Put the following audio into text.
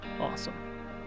Awesome